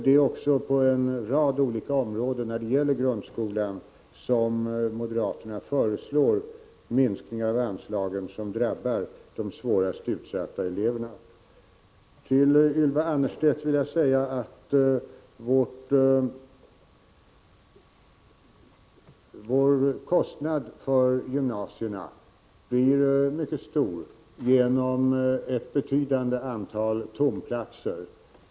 Det är också på en rad olika områden när det gäller grundskolan som moderaterna föreslår minskningar av anslagen som drabbar de svårast utsatta eleverna. Till Ylva Annerstedt vill jag säga att kostnaden för gymnasierna blir mycket stor genom ett betydande antal tomplatser.